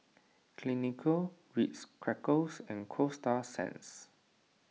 Clinique Ritz Crackers and Coasta Sands